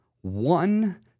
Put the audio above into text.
one